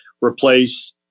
replace